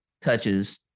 touches